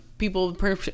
people